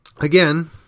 again